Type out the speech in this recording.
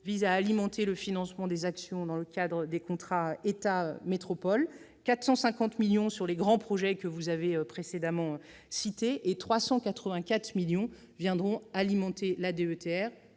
visent à alimenter le financement des actions dans le cadre des contrats État-métropoles ; 450 millions d'euros iront sur les grands projets que vous avez précédemment cités ; 384 millions d'euros viendront alimenter la DETR,